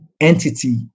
entity